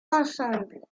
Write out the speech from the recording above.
ensemble